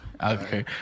Okay